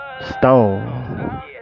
stone